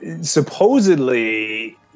supposedly